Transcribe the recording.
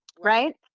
Right